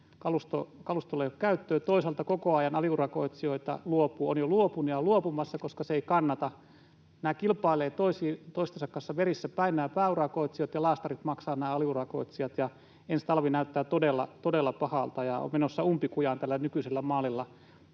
kalustolle ei ole käyttöä. Toisaalta koko ajan aliurakoitsijoita luopuu, on jo luopunut ja luopumassa, koska se ei kannata. Nämä pääurakoitsijat kilpailevat toistensa kanssa verissä päin, ja laastarit maksavat nämä aliurakoitsijat. Ensi talvi näyttää todella, todella pahalta ja on menossa umpikujaan tällä nykyisellä mallilla.